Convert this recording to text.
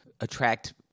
attract